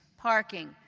parking,